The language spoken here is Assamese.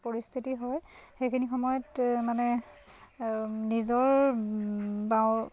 পৰিস্থিতি হয় সেইখিনি সময়ত মানে নিজৰ বাৰু